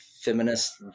feminist